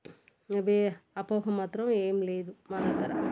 వే అపోహ మాత్రం ఏమి లేదు మా దగ్గర